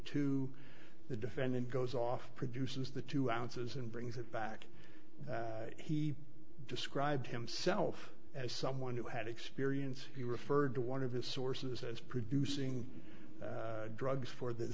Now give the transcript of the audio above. to the defendant goes off produces the two ounces and brings it back he described himself as someone who had experience he referred to one of his sources as producing drugs for the